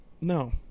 No